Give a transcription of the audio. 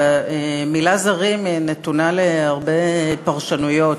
והמילה "זרים" נתונה להרבה פרשנויות,